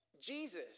Jesus